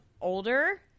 older